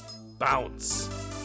bounce